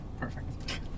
Perfect